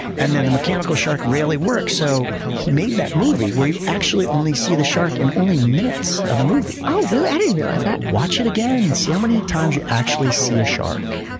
and then the mechanical shark rarely worked. so, he made that movie where you actually only see the shark in only minutes of the movie. oh really? i didn't realize that. watch it again. see how many times you actually see a shark,